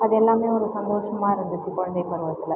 அது எல்லாமே ஒரு சந்தோஷமாக இருந்துச்சு குழந்தைப் பருவத்தில்